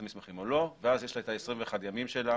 המסמכים או לא ואז יש לה את ה-21 ימים שלה